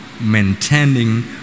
maintaining